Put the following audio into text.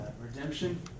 redemption